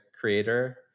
creator